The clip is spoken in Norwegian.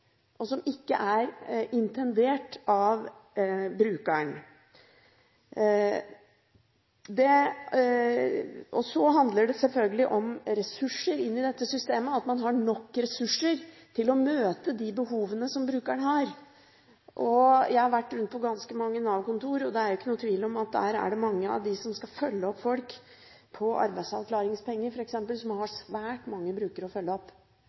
og som ikke er intendert av brukeren. Så handler det selvfølgelig om ressurser inn i dette systemet, at man har nok ressurser til å møte de behovene som brukeren har. Jeg har vært rundt på ganske mange Nav-kontorer, og det er ikke noen tvil om at mange av de ansatte som skal følge opp folk som f.eks. får arbeidsavklaringspenger, har svært mange brukere å følge opp.